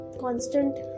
constant